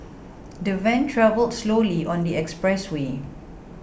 the van travelled slowly on the express way